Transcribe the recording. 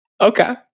Okay